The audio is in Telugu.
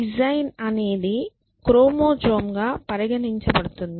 డిజైన్ అనేది క్రోమోజోమ్ గా పరిగణించబడుతుంది